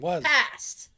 past